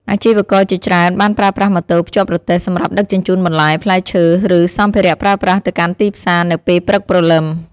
អាជីវករជាច្រើនបានប្រើប្រាស់ម៉ូតូភ្ជាប់រទេះសម្រាប់ដឹកជញ្ជូនបន្លែ ផ្លែឈើ ឬសម្ភារៈប្រើប្រាស់ទៅកាន់ទីផ្សារនៅពេលព្រឹកព្រលឹម។